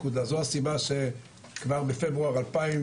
זאת הסיבה שכבר בפברואר 2004,